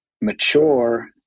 mature